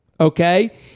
okay